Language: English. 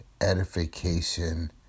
edification